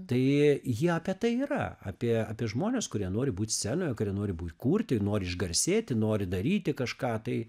tai jie apie tai yra apie apie žmones kurie nori būt scenoje kuri nori būt kurti nori išgarsėti nori daryti kažką tai